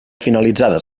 finalitzades